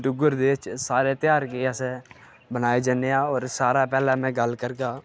डुग्गर देश च सारे धेयारें गी अस बनाए जन्ने आं होर सारें पैह्लैं मैं गल्ल करगा